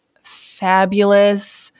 fabulous